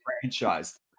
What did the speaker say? franchise